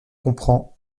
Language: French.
comprend